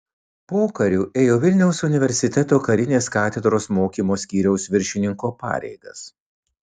pokariu ėjo vilniaus universiteto karinės katedros mokymo skyriaus viršininko pareigas